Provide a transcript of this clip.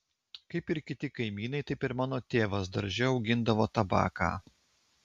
kaip ir kiti kaimynai taip ir mano tėvas darže augindavo tabaką